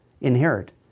inherit